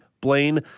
Blaine